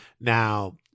Now